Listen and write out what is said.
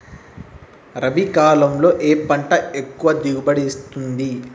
రబీ కాలంలో ఏ పంట ఎక్కువ దిగుబడి ఇస్తుంది?